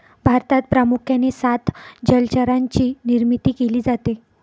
भारतात प्रामुख्याने सात जलचरांची निर्मिती केली जाते